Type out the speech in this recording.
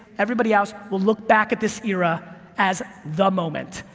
everybody else, will look back at this era as the moment.